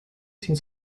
sin